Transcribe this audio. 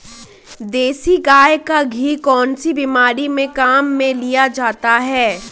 देसी गाय का घी कौनसी बीमारी में काम में लिया जाता है?